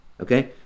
okay